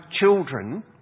children